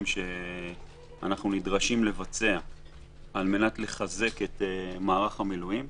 שאנו נדרשים לבצע על-מנת לחזק את מערך המילואים,